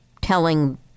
telling